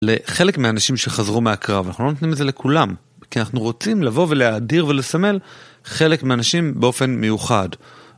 לחלק מהאנשים שחזרו מהקרב, אנחנו לא נותנים את זה לכולם, כי אנחנו רוצים לבוא ולהאדיר ולסמל חלק מהאנשים באופן מיוחד.